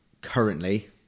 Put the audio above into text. currently